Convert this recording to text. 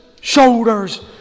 shoulders